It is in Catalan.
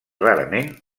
rarament